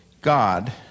God